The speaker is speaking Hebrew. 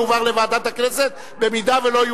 יועבר לוועדת הכנסת במידה שלא,